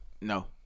No